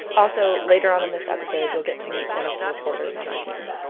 also, later on in this episode, you'll get to meet one of the reporters on our team